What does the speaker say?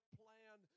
plan